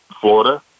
Florida